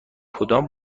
کدام